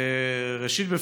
ראשית,